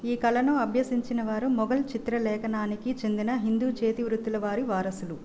ఈ కళను అభ్యసించినవారు మొఘల్ చిత్రలేఖనానికి చెందిన హిందూ చేతివృత్తులవారి వారసులు